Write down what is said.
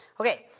Okay